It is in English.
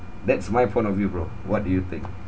that's my point of view bro what do you think